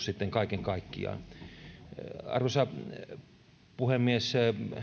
sitten kaiken kaikkiaan arvoisa puhemies